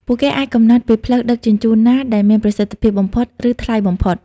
ពួកគេអាចកំណត់ពីផ្លូវដឹកជញ្ជូនណាដែលមានប្រសិទ្ធភាពបំផុត ឬថ្លៃបំផុត។